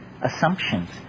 assumptions